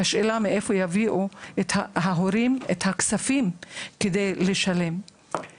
השאלה היא מאיפה יביאו ההורים את הכספים כדי לשלם בעבור הטיפול הזה.